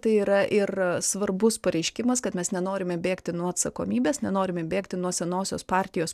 tai yra ir svarbus pareiškimas kad mes nenorime bėgti nuo atsakomybės nenorime bėgti nuo senosios partijos